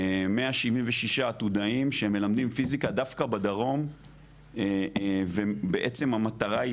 176 עתודאים שמלמדים פיסיקה דווקא בדרום ובעצם המטרה היא